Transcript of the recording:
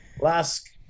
last